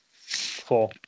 Four